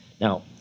Now